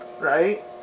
right